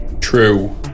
True